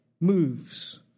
moves